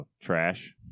trash